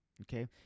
Okay